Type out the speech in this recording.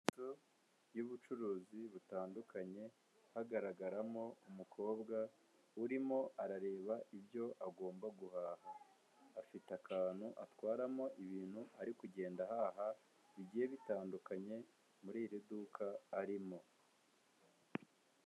Inzu y'ubucuruzi butandukanye hagaragaramo umukobwa urimo arareba ibyo agomba guhaha, afite akantu atwaramo ibintu ari kugenda ahaha bigiye bitandukanye muri iri duka arimo.